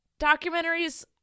documentaries